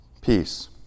Peace